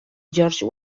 george